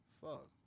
fuck